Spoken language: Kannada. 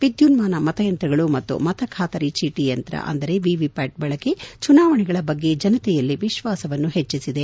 ವಿದ್ಯುನ್ನಾನ ಮತಯಂತ್ರಗಳು ಮತ್ತು ಮತ ಖಾತರಿ ಚೀಟಿ ಯಂತ್ರ ಅಂದರೆ ವಿವಿಪ್ಖಾಟ್ ಬಳಕೆ ಚುನಾವಣೆಗಳ ಬಗ್ಗೆ ಜನತೆಯಲ್ಲಿ ವಿಶ್ವಾಸವನ್ನು ಹೆಚ್ಚಿಸಿದೆ